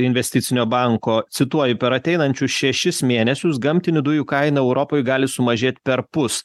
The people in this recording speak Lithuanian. investicinio banko cituoju per ateinančius šešis mėnesius gamtinių dujų kaina europai gali sumažėt perpus